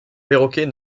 perroquet